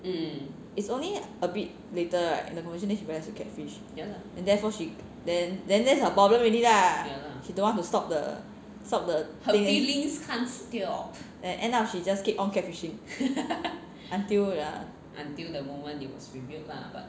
it's only a bit later right in the conversation then she realise it's a catfish and therefore she then then then her problem already lah she don't want to stop the stop the end up she just keep on catfishing until err